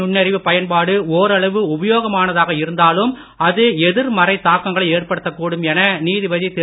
நுண்ணறிவு பயன்பாடு ஓரளவு உபயோகமானதாக செயற்கை இருந்தாலும் அது எதிர்மறை தாக்கங்களை ஏற்படுத்தக் கூடும் என நீதிபதி திரு